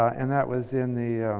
and that was in the